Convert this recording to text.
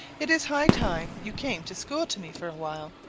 it is high time you came to school to me for a while.